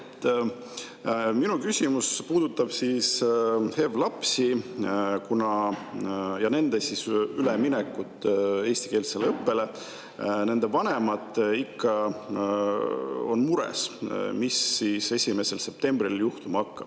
Minu küsimus puudutab HEV lapsi ja nende üleminekut eestikeelsele õppele. Nende vanemad on mures, mis siis 1. septembril juhtuma hakkab.